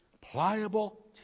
pliable